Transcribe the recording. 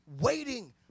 waiting